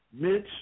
Mitch